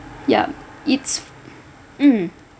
yup it's mm